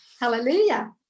hallelujah